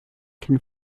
can